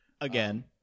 Again